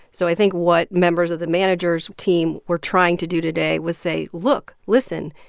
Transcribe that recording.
so i think what members of the manager's team were trying to do today was say, look. listen.